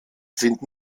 sind